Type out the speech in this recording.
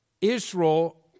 Israel